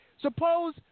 suppose